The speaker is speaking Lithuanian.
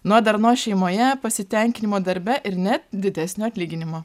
nuo darnos šeimoje pasitenkinimo darbe ir net didesnio atlyginimo